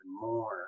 more